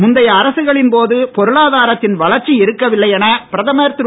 முந்தைய ஆட்சிகளின் போது பொருளாதாரத்தில் வளர்ச்சி இருக்கவில்லை என பிரதமர் திரு